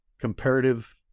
comparative